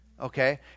okay